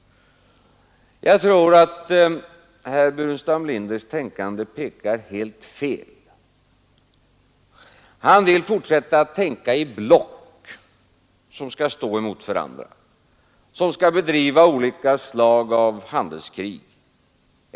Jag tror att herr Burenstam Linders tänkande pekar helt fel. Han vill fortsätta att tänka i block som skall stå mot varandra och som skall bedriva olika former av handelskrig.